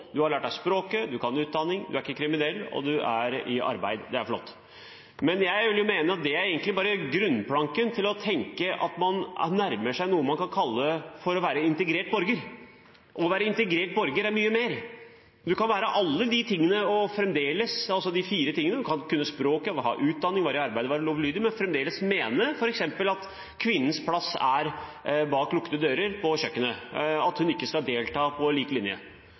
arbeid – det er flott. Jeg vil mene at det egentlig bare er grunnplanken for å nærme seg noe man kan kalle å være en integrert borger. Å være en integrert borger er mye mer. Man kan være alle de tingene – altså de fire tingene å kunne språket, ha utdanning, være i arbeid og være lovlydig – og fremdeles f.eks. mene at kvinnens plass er bak lukkede dører på kjøkkenet, og at hun ikke skal delta på lik linje.